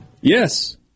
Yes